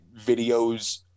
videos